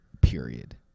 period